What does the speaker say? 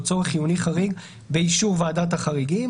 צורך חיוני חריג באישור ועדת חריגים,